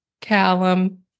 Callum